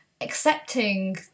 accepting